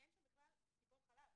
אין שם בכלל טיפות חלב.